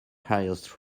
highest